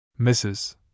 Mrs